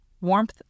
warmth